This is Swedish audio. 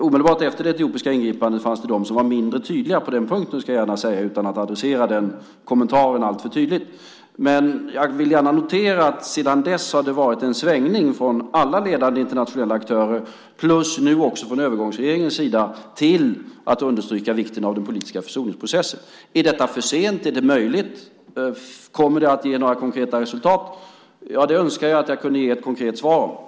Omedelbart efter det etiopiska ingripandet fanns det de som var mindre tydliga på den punkten ska jag säga, utan att adressera den kommentaren alltför tydligt. Jag vill gärna notera att det sedan dess har varit en svängning från alla ledande internationella aktörer plus nu från övergångsregeringens sida till att understryka vikten av den politiska försoningsprocessen. Är det för sent? Är det möjligt? Kommer det at ge några konkreta resultat? Det önskar jag att jag kunde ge ett konkret svar på.